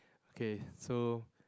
okay so